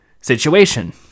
situation